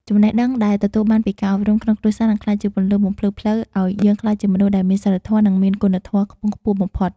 ចំណេះដឹងដែលទទួលបានពីការអប់រំក្នុងគ្រួសារនឹងក្លាយជាពន្លឺបំភ្លឺផ្លូវឱ្យយើងក្លាយជាមនុស្សដែលមានសីលធម៌និងមានគុណធម៌ខ្ពង់ខ្ពស់បំផុត។